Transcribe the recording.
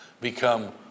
become